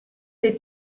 dei